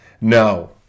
No